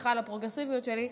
סליחה על הפרוגרסיביות שלי,